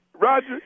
Roger